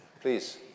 Please